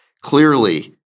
clearly